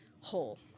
whole